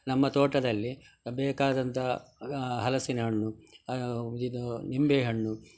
ನಮ್ಮ ತೋಟದಲ್ಲಿ ಬೇಕಾದಂತ ಹಲಸಿನ ಹಣ್ಣು ಇದು ನಿಂಬೆಹಣ್ಣು